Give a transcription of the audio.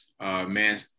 man